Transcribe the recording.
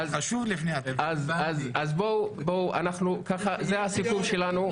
זה הסיכום שלנו.